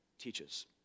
teaches